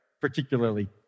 particularly